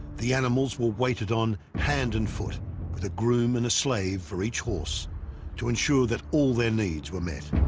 the animals were weighted on hand and foot with a groom and a slave for each horse to ensure that all their needs were met